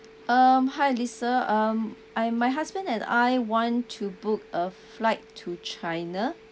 um hi lisa um I my husband and I want to book a flight to china